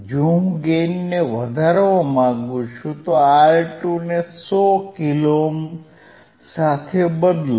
જો હું ગેઇનને વધારવા માંગુ છું તો R2 ને 100 કિલો ઓહ્મ સાથે બદલો